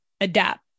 Adapt